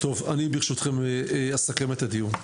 ברשותכם אסכם את הדיון.